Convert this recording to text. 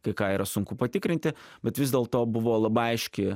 kai ką yra sunku patikrinti bet vis dėlto buvo labai aiški